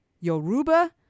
Yoruba